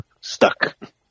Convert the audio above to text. stuck